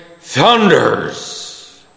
thunders